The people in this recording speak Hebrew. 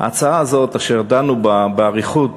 ההצעה הזאת, אשר דנו בה באריכות,